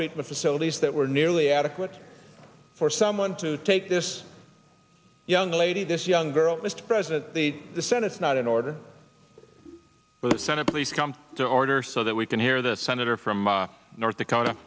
treatment facilities that were nearly adequate for someone to take this young lady this young girl mr president the senate is not in order for the senate please come to order so that we can hear the senator from north